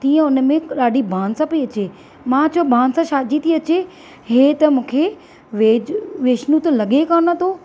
तीअं उन में ॾाढी बांस पई अचे मां चयो बांस छाजी थी अचे इहो त मूंखे वेज वैष्णू त लॻे ई कोन थो